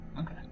okay